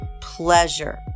pleasure